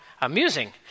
amusing